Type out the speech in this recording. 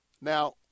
Now